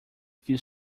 few